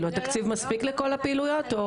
התקציב מספיק לכל הפעילויות?